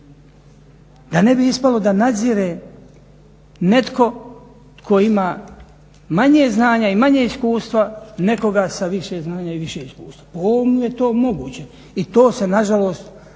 da ne bi ispalo da nadzire netko tko ima manje znanja i manje iskustva nekoga sa više znanja i više iskustva. Po ovomu je to moguće i to se nažalost